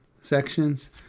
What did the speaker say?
sections